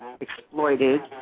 exploited